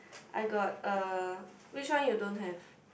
I got a which one you don't have